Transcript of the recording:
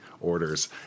orders